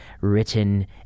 written